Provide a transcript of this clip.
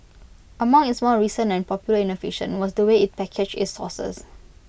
among its more recent and popular innovation was the way IT packaged its sauces